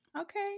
Okay